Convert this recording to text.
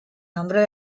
nombre